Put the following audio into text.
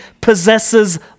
possesses